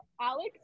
Alex